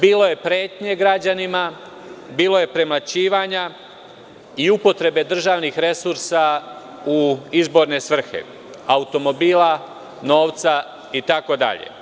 Bilo je pretnje građanima, bilo je premlaćivanja i upotrebe državnih resursa u izborne svrhe, automobila, novca itd.